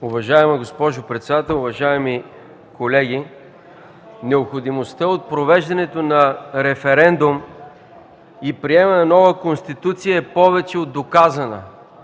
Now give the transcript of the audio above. Уважаема госпожо председател, уважаеми колеги! Необходимостта от провеждането на референдум и приемането на нова Конституция е повече от доказана.